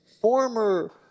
former